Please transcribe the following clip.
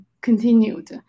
continued